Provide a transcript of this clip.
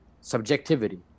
subjectivity